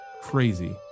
crazy